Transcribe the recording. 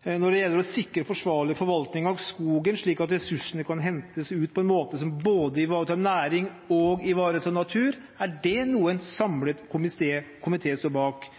Når det gjelder å sikre forsvarlig forvaltning av skogen, slik at ressursene kan hentes ut på en måte som ivaretar både næringen og naturen, er også det noe en samlet komité står bak.